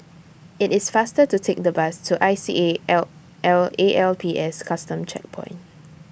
IT IS faster to Take The Bus to I C A L L A L P S Custom Checkpoint